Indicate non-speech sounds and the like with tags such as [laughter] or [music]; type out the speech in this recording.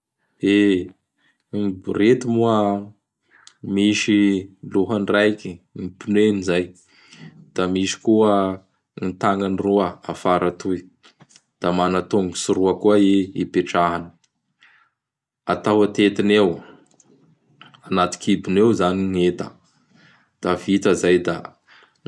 [noise] E! Gny borety moa misy lohany raiky gny pneuny izay; [noise] da misy koa gny tagnany roa afara atoy; [noise] da mana tongotsy roa koa i hipetrahany. [noise] Atao atetiny eo, añaty kibony eo izay gny enta; [noise] da vita izay da